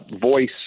voice